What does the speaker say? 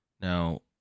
Now